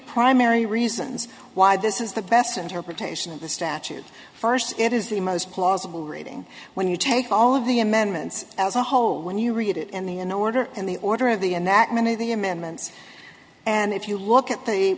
primary reasons why this is the best interpretation of the statute first it is the most plausible reading when you take all of the amendments as a whole when you read it in the an order in the order of the end that many of the amendments and if you look at th